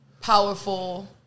powerful